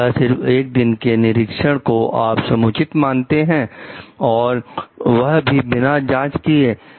तो क्या सिर्फ 1 दिन के निरीक्षण को आप समुचित मानते हैं और वह भी बिना जांच किए